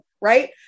right